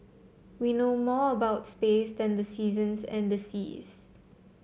we know more about space than the seasons and the seas